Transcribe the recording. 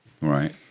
Right